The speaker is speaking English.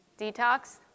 Detox